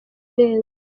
irenga